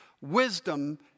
wisdom